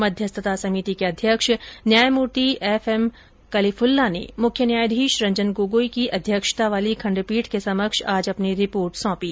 मध्यस्थता समिति के अध्यक्ष न्यायमूर्ति एफ एम कलीफुल्ला ने मुख्य न्यायाधीश रंजन गोगोई की अध्यक्षता वाली खंडपीठ के समक्ष आज अपनी रिपोर्ट सौंपी